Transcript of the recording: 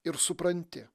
ir supranti